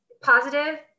positive